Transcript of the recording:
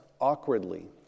awkwardly